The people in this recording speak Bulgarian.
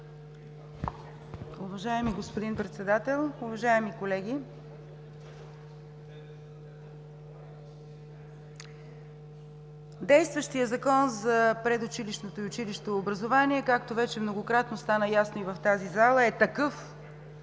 Действащият Закон за предучилищното и училищно образование, както вече многократно стана ясно и в тази зала, е такъв